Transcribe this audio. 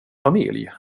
familj